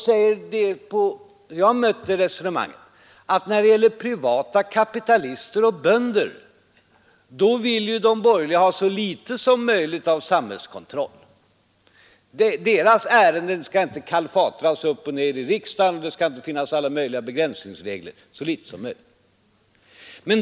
Jag har mött resonemanget att när det gäller privatkapitalister och bönder vill de borgerliga ha så litet som möjligt av samhällskontroll; deras ärenden skall inte kalfatras i riksdagen och för dem skall det inte finnas alla möjliga begränsningsregler.